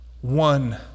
one